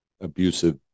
abusive